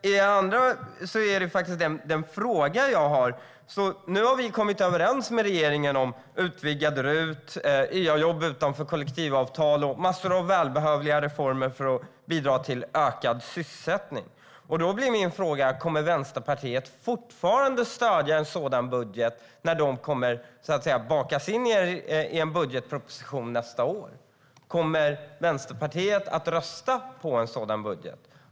Nu har vi kommit överens med regeringen om ett utvidgat RUT, jobb utanför kollektivavtal och massor av välbehövliga reformer för att bidra till ökad sysselsättning. Då blir min fråga: Kommer Vänsterpartiet fortfarande att stödja en sådan budget när dessa saker så att säga kommer att bakas in i en budgetproposition nästa år? Kommer Vänsterpartiet att rösta på en sådan budget?